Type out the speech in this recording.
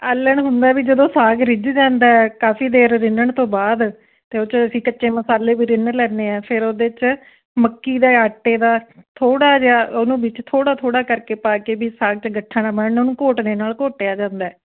ਆਲ੍ਹਣ ਹੁੰਦਾ ਵੀ ਜਦੋਂ ਸਾਗ ਰਿਝ ਜਾਂਦਾ ਕਾਫ਼ੀ ਦੇਰ ਰਿੰਨ੍ਹਣ ਤੋਂ ਬਾਅਦ ਅਤੇ ਉਹ 'ਚ ਅਸੀਂ ਕੱਚੇ ਮਸਾਲੇ ਵੀ ਰਿੰਨ੍ਹ ਲੈਂਦੇ ਆ ਫਿਰ ਉਹਦੇ 'ਚ ਮੱਕੀ ਦੇ ਆਟੇ ਦਾ ਥੋੜ੍ਹਾ ਜਿਹਾ ਉਹਨੂੰ ਵਿੱਚ ਥੋੜ੍ਹਾ ਥੋੜ੍ਹਾ ਕਰਕੇ ਪਾ ਕੇ ਵੀ ਸਾਗ 'ਚ ਗੱਠਾਂ ਨਾ ਬਣਨ ਉਹਨੂੰ ਘੋਟਣੇ ਨਾਲ਼ ਘੋਟਿਆ ਜਾਂਦਾ